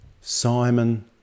Simon